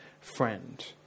friend